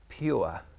pure